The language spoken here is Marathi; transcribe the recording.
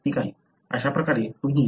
अशा प्रकारे तुम्ही ते पाहू शकता